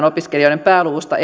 opiskelijoiden pääluvusta